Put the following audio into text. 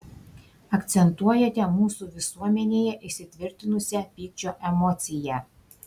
akcentuojate mūsų visuomenėje įsitvirtinusią pykčio emociją